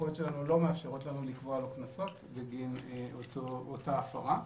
הסמכויות שלנו לא מאפשרות לנו לקבוע לו קנסות בגין אותה הפרה.